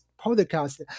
podcast